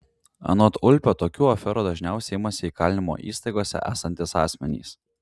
anot ulpio tokių aferų dažniausiai imasi įkalinimo įstaigose esantys asmenys